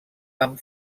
amb